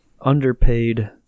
underpaid